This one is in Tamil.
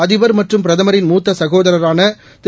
அதிபர் மற்றும் பிரதமரின் மூத்தசகோதரரானதிரு